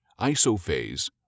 isophase